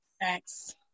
Thanks